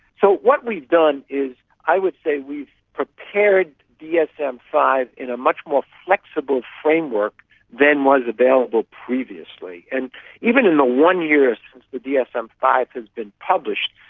so what we've done is i would say we prepared dsm five in a much more flexible framework than was available previously. and even in the one year since the dsm five has been published,